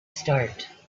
start